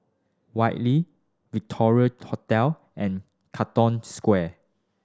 Whitley Victoria Hotel and Katong Square